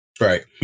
Right